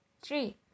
Three